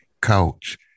coach